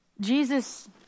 Jesus